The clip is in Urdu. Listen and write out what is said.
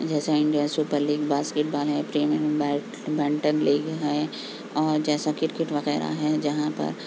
جیسے India super league basketball ہے پریمیم بیڈ بینٹن لیگ ہیں اور جیسے کرکٹ وغیرہ ہیں جہاں پر